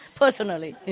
personally